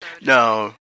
No